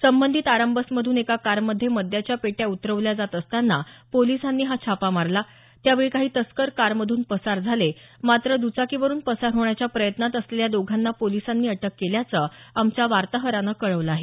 संबंधित आरामबसमधून एका कारमध्ये मद्याच्या पेट्या उतरवल्या जात असताना पोलिसांनी हा छापा मारला त्यावेळी काही तस्कर कारमधून पसार झाले मात्र दुचाकीवरून पसार होण्याच्या प्रयत्नात असलेल्या दोघांना पोलिसांनी अटक केल्याचं आमच्या वार्ताहरानं कळवलं आहे